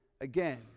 again